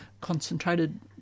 concentrated